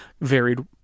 varied